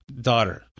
daughter